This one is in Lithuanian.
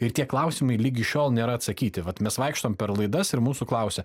ir tie klausimai ligi šiol nėra atsakyti vat mes vaikštom per laidas ir mūsų klausia